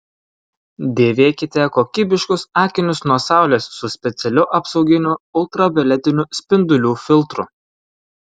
dėvėkite kokybiškus akinius nuo saulės su specialiu apsauginiu ultravioletinių spindulių filtru